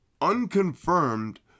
unconfirmed